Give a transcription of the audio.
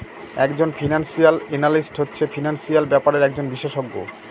এক জন financial analyst হচ্ছে ফিনান্সিয়াল ব্যাপারের একজন বিশষজ্ঞ